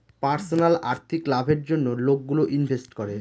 personal আর্থিক লাভের জন্য লোকগুলো ইনভেস্ট করে